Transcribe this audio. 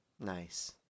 nice